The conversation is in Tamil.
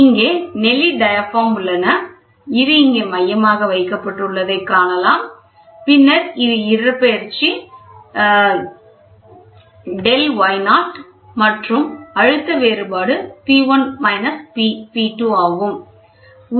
இங்கே நெளி டயாபிராம் உள்ளன இது இங்கே மையமாக வைக்கப்பட்டுள்ளதை இங்கே காணலாம் பின்னர் இது ஒரு இடப்பெயர்ச்சி Δyo மற்றும் அழுத்தம் வேறுபாடு P1 P2 ஆகும்